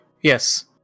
Yes